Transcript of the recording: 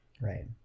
Right